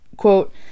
quote